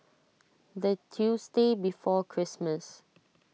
the tuesday before Christmas